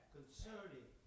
concerning